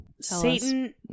Satan